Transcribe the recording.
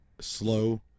slow